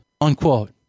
unquote